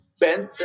bent